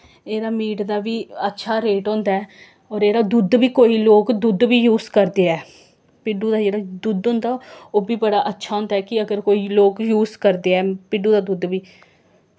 एह्दा मीट दा बी अच्छा रेट होंदा ऐ होर एह्दा दुद्ध बी कोई लोग दुद्ध बी य़ूस करदे ऐ भिड्डु दा जेह्ड़ा दुद्ध होंदा ओह् बी बड़ा अच्छा होंदा ऐ कि अगर कोई य़ूस करदे ऐ भिड्डु दा दुद्ध बी